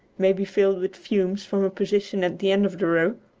may be filled with fumes from a position at the end of the row,